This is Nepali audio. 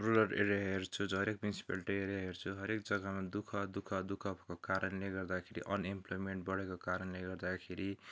रुरल एरिया हेर्छु जो हरेक म्युनिसिपालिटी एरिया हेर्छु हरेक जग्गामा दु ख दु ख दु ख भएको कारणले गर्दाखेरि अनइम्प्लोइमेन्ट बढेको कारणले गर्दाखेरि